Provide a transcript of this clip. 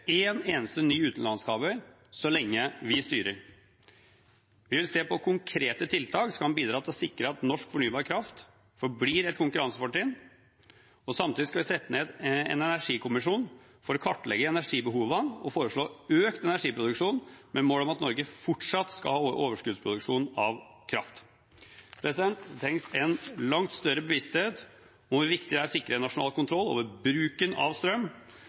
en eneste ny utenlandskabel så lenge vi styrer. Vi vil se på konkrete tiltak som kan bidra til å sikre at norsk fornybar kraft forblir et konkurransefortrinn. Samtidig skal vi sette ned en energikommisjon for å kartlegge energibehovene og foreslå økt energiproduksjon med mål om at Norge fortsatt skal ha overskuddsproduksjon av kraft. Det trengs en langt større bevissthet om hvor viktig det er å sikre nasjonal kontroll over bruken av strøm.